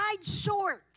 short